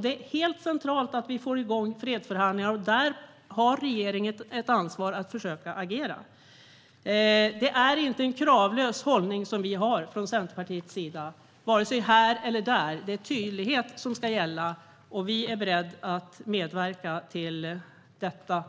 Det är helt centralt att vi får igång fredsförhandlingar, och där har regeringen ett ansvar för att försöka agera. Det är inte en kravlös hållning vi har från Centerpartiets sida, vare sig här eller där. Det är tydlighet som ska gälla, och vi är beredda att medverka till detta,